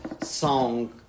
song